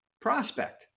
prospect